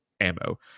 ammo